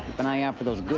and eye out for those